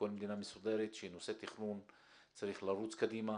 בכל מדינה מסודרת שנושא תכנון צריך לרוץ קדימה.